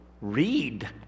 read